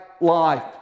life